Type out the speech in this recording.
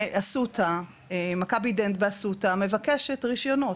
גם מכבידנט באסותא מבקשת רישיונות.